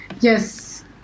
Yes